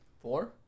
Four